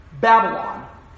Babylon